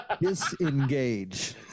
Disengage